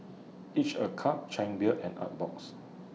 Each A Cup Chang Beer and Artbox